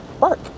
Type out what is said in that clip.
work